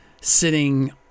sitting